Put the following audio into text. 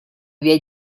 via